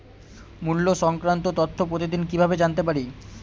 মুল্য সংক্রান্ত তথ্য প্রতিদিন কিভাবে জানতে পারি?